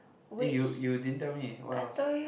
eh you you didn't tell me what else